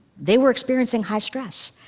they were experiencing high stress.